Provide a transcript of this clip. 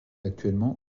actuellement